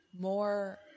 more